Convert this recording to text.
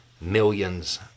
millions